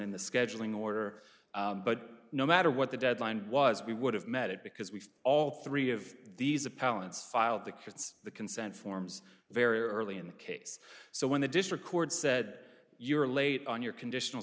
in the scheduling order but no matter what the deadline was we would have met it because we all three of these appellants filed the kids the consent forms very early in the case so when the district court said you're late on your conditional